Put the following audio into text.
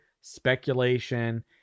speculation